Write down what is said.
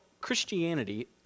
Christianity